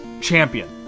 champion